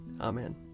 Amen